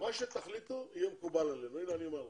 מה שתחליטו יהיה מקובל עלינו, אני אומר לכם,